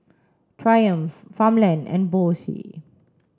Triumph Farmland and